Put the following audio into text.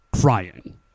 crying